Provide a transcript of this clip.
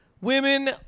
Women